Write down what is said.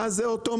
ואז זה אוטומטי.